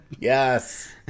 Yes